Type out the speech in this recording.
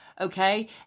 okay